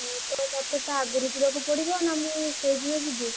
ତ ମୋତେ ତ ଆଗରୁ ଯିବାକୁ ପଡ଼ିବ ନା ମୁଁ ସେଇ ଦିନ ଯିବି